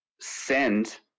send